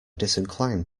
disinclined